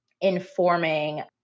informing